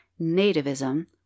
nativism